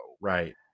Right